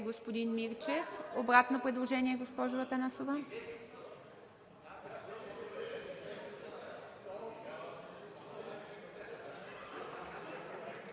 господин Мирчев. Обратно предложение, госпожо Атанасова.